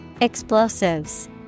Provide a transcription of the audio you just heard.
Explosives